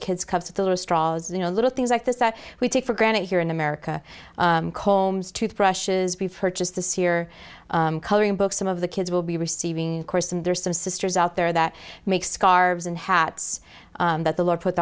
as you know little things like this that we take for granted here in america combs toothbrushes be purchased this year coloring books some of the kids will be receiving course and there are some sisters out there that make scarves and hats that the lord put